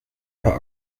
paar